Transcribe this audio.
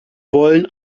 wollen